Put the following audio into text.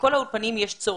בכל האולפנים יש צורך.